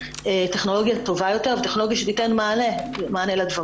טכנולוגיה טובה יותר וטכנולוגיה שתיתן מענה לדברים.